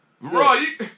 Right